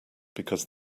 because